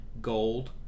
Gold